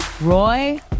Roy